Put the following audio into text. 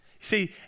See